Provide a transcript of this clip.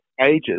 ages